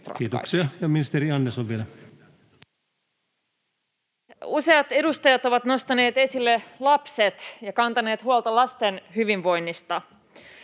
Arvoisa puhemies! Useat edustajat ovat nostaneet esille lapset ja kantaneet huolta lasten hyvinvoinnista.